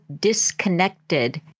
disconnected